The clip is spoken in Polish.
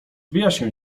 wyjaśnię